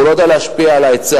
הוא לא יודע להשפיע על ההיצע,